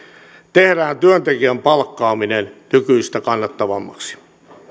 tehdään työntekijän palkkaaminen nykyistä kannattavammaksi